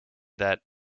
that